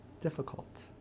difficult